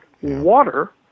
water